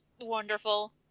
wonderful